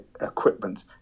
equipment